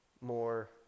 more